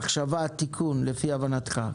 מחשבה ותיקון לפי הבנתך.